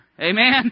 Amen